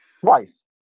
twice